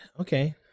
Okay